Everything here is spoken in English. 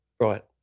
Right